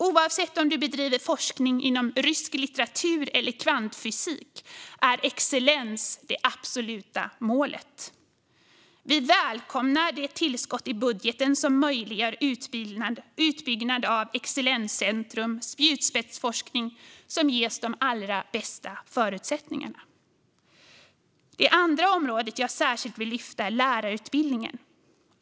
Oavsett om man bedriver forskning inom rysk litteratur eller kvantfysik är excellens det absoluta målet. Vi välkomnar det tillskott i budgeten som möjliggör utbyggnad av excellenscentrum, så att spjutspetsforskning ges de allra bästa förutsättningarna. För det andra vill jag särskilt lyfta fram lärarutbildningen.